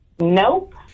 Nope